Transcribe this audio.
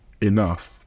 enough